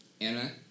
Anna